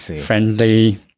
friendly